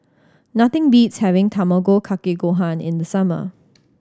nothing beats having Tamago Kake Gohan in the summer